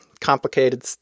complicated